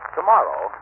Tomorrow